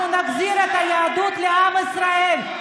אנחנו נחזיר את היהדות לעם ישראל.